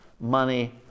money